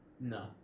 No